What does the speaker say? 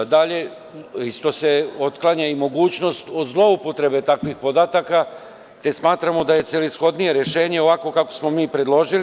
Dalje, to se otklanja i mogućnost o zloupotrebi takvih podataka, te smatramo da je celishodnije rešenje ovako kako smo mi predložili.